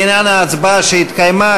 לעניין ההצבעה שהתקיימה,